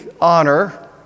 honor